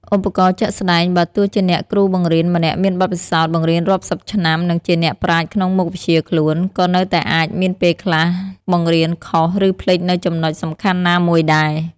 ឧទាហរណ៍ជាក់ស្ដែង បើទោះជាអ្នកគ្រូបង្រៀនម្នាក់មានបទពិសោធន៍បង្រៀនរាប់សិបឆ្នាំ និងជាអ្នកប្រាជ្ញក្នុងមុខវិជ្ជាខ្លួន ក៏នៅតែអាចមានពេលខ្លះបង្រៀនខុស រឺភ្លេចនូវចំណុចសំខាន់ណាមួយដែរ។